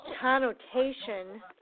connotation